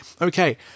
Okay